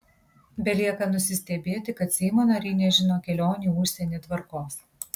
belieka nusistebėti kad seimo nariai nežino kelionių į užsienį tvarkos